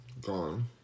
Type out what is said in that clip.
Gone